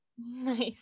nice